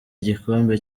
igikombe